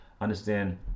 understand